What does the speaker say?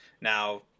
now